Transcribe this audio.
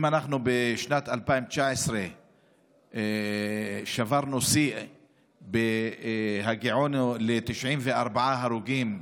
אם אנחנו בשנת 2019 שברנו שיא בהגיענו ל-94 הרוגים,